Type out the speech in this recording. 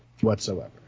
whatsoever